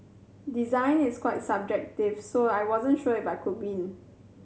design is quite subjective so I wasn't sure if I could win